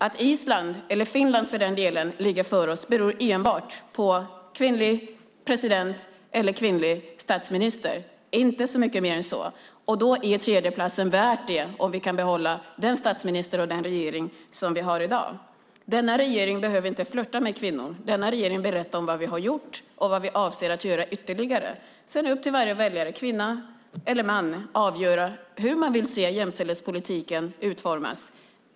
Att Island eller Finland ligger före oss beror på att de har kvinnlig president eller kvinnlig statsminister. Det är inte så mycket mer än så. Det är värt att ligga på tredje plats om vi kan behålla den statsminister och den regering som vi har i dag. Denna regering behöver inte flörta med kvinnor. Denna regering berättar vad vi har gjort och vad vi avser att göra ytterligare. Sedan är det upp till varje väljare, kvinna eller man, att avgöra hur man vill se jämställdhetspolitiken utformas.